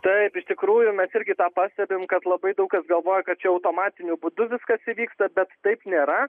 taip iš tikrųjų mes irgi tą pastebim kad labai daug kas galvoja kad čia automatiniu būdu viskas įvyksta bet taip nėra